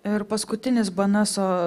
ir paskutinis bnso